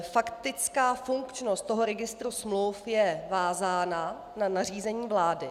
Faktická funkčnost registru smluv je vázána na nařízení vlády.